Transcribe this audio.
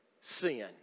sin